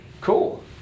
Cool